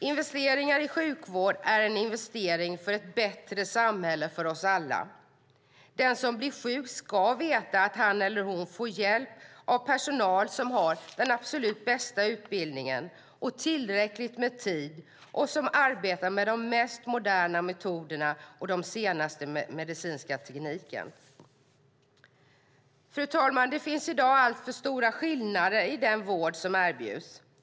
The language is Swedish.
Investeringar i sjukvård är en investering för ett bättre samhälle för oss alla. Den som blir sjuk ska veta att han eller hon får hjälp av personal som har den absolut bästa utbildningen och tillräckligt med tid och som arbetar med de mest moderna metoderna och den senaste medicinska tekniken. Det finns i dag alltför stora skillnader i den vård som erbjuds.